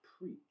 preach